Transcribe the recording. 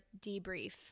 debrief